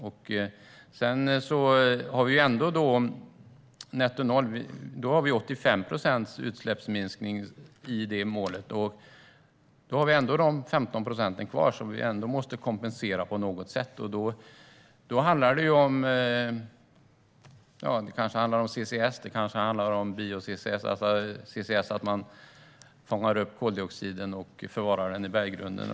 I målet om netto-noll-utsläpp har vi 85 procents utsläppsminskning, och då är det 15 procent kvar som vi ändå måste kompensera på något sätt. Då handlar det kanske om CCS eller bio-CCS, alltså att man fångar upp koldioxiden och förvarar den i berggrunden.